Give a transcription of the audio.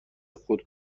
خود